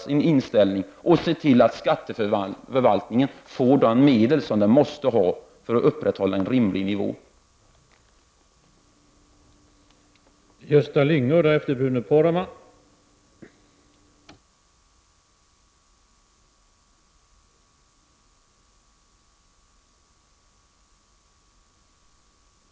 Det gäller att se till att skatteförvaltningen i O-län får de medel som den måste ha för att kunna upprätthålla en rimlig nivå i arbetet.